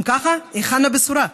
אם ככה, היכן הבשורה?